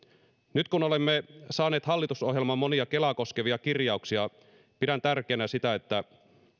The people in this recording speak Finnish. nyt kun olemme saaneet hallitusohjelmaan monia kelaa koskevia kirjauksia pidän tärkeänä sitä että